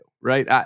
right